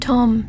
Tom